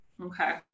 Okay